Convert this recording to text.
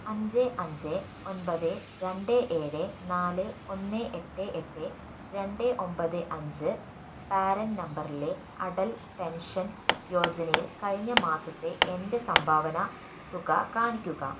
അഞ്ച് അഞ്ച് ഒൻപത് രണ്ട് ഏഴ് നാല് ഒന്ന് എട്ട് എട്ട് രണ്ട് ഒമ്പത് അഞ്ച് പ്രാൻ നമ്പറിലെ അടൽ പെൻഷൻ യോജനയിൽ കഴിഞ്ഞ മാസത്തെ എൻ്റെ സംഭാവന തുക കാണിക്കുക